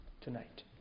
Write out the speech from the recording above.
tonight